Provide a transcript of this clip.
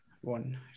one